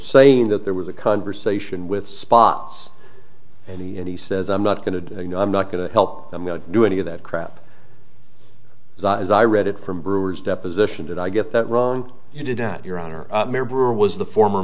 saying that there was a conversation with spots and he says i'm not going to i'm not going to help them do any of that crap as i read it from brewer's deposition did i get that wrong you did that your honor or was the former